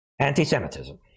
anti-Semitism